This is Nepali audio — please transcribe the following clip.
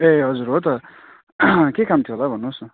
ए हजुर हो त के काम थियो होला भन्नुहोस् न